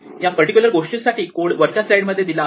या पर्टिक्युलर गोष्टीसाठी कोड वरच्या स्लाईड मध्ये दिला आहे